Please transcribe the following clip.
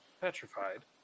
petrified